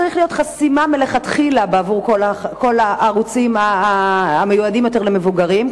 צריכה להיות חסימה מלכתחילה לכל הערוצים המיועדים למבוגרים,